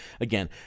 again